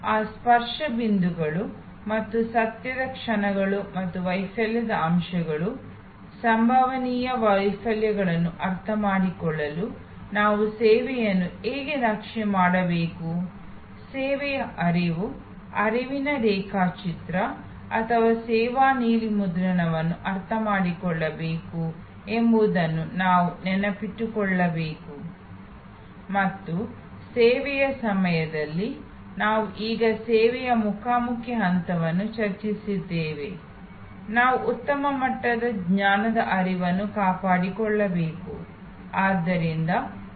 ಆದ್ದರಿಂದ ಈ ಸ್ಪರ್ಶ ಬಿಂದುಗಳು ಮತ್ತು ಸತ್ಯದ ಕ್ಷಣಗಳು ಮತ್ತು ವೈಫಲ್ಯದ ಅಂಶಗಳು ಸಂಭವನೀಯ ವೈಫಲ್ಯಗಳನ್ನು ಅರ್ಥಮಾಡಿಕೊಳ್ಳಲು ನಾವು ಸೇವೆಯನ್ನು ಹೇಗೆ ನಕ್ಷೆ ಮಾಡಬೇಕು ಸೇವೆಯ ಹರಿವು ಹರಿವಿನ ರೇಖಾಚಿತ್ರ ಅಥವಾ ಸೇವಾ ನೀಲಿ ಮುದ್ರಣವನ್ನು ಅರ್ಥಮಾಡಿಕೊಳ್ಳಬೇಕು ಎಂಬುದನ್ನು ನಾವು ನೆನಪಿಟ್ಟುಕೊಳ್ಳಬೇಕು ಮತ್ತು ಸೇವೆಯ ಸಮಯದಲ್ಲಿ ನಾವು ಈಗ ಸೇವೆಯ ಮುಖಾಮುಖಿ ಹಂತವನ್ನು ಚರ್ಚಿಸುತ್ತಿದ್ದೇವೆ ನಾವು ಉತ್ತಮ ಮಟ್ಟದ ಜ್ಞಾನದ ಹರಿವನ್ನು ಕಾಪಾಡಿಕೊಳ್ಳಬೇಕು